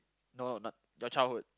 no na~ your childhood